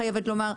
חייבת לומר.